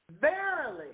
Verily